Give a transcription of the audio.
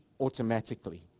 automatically